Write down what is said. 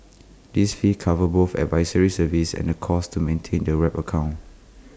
this fee covers both advisory services and the costs to maintain the wrap account